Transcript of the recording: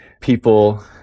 people